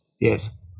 Yes